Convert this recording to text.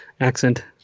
accent